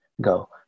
Go